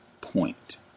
point